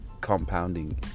compounding